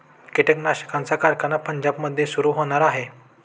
कीटकनाशकांचा कारखाना पंजाबमध्ये सुरू होणार आहे